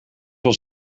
ons